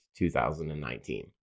2019